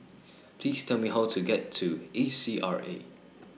Please Tell Me How to get to A C R A